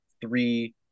three